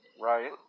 Right